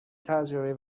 تجربه